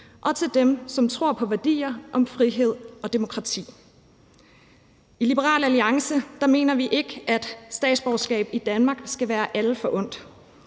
og til dem, som tror på værdier om frihed og demokrati. I Liberal Alliance mener vi ikke, at statsborgerskab i Danmark skal være alle forundt,